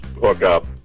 hookup